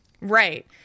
Right